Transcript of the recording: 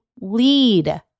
lead